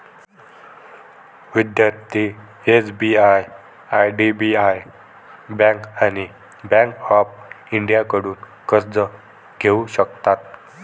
विद्यार्थी SBI IDBI bank आणि bank of इंडियाकडून कर्ज घेऊ शकतात